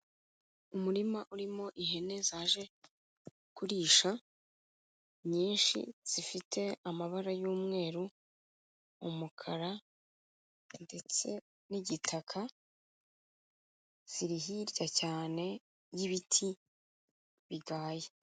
Umurima urimo ihene zaje kurisha nyinshi zifite amabara y'umweru, umukara ndetse n'igitaka, ziri hirya cyane y'ibiti bigaye.